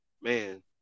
man